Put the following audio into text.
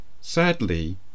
Sadly